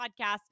podcast